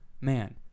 man